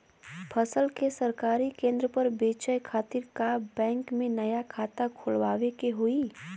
फसल के सरकारी केंद्र पर बेचय खातिर का बैंक में नया खाता खोलवावे के होई?